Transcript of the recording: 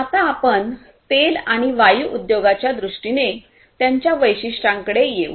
आता आपण तेल आणि वायू उद्योगाच्या दृष्टीने त्यांच्या वैशिष्ट्यांकडे येऊ